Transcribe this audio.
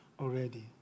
already